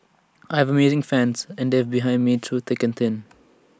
I have amazing fans and they've been behind me through thick and thin